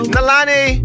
Nalani